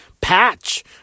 patch